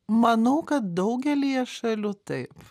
manau kad daugelyje šalių taip